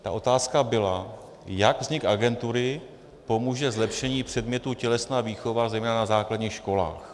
Ta otázka byla, jak vznik agentury pomůže zlepšení předmětu tělesná výchova zejména na základních školách.